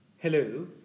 Hello